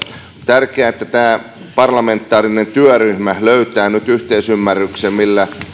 tärkeää että tämä parlamentaarinen työryhmä löytää nyt yhteisymmärryksen millä